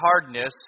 hardness